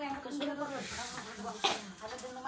ಬೋರಿನ್ಯಾಗ ಜಾಸ್ತಿ ನೇರು ಬರಲು ಯಾವ ಸ್ಟೇಜ್ ಮೋಟಾರ್ ಬಿಡಬೇಕು?